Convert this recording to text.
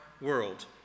world